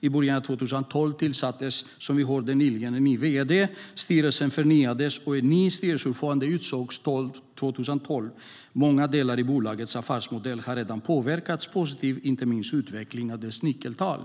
I början av 2012 tillsattes, som vi nyligen hörde, en ny vd, styrelsen förnyades och en ny styrelseordförande utsågs 2012. Många delar i bolagets affärsmodell har redan påverkats positivt, inte minst utvecklingen av dess nyckeltal.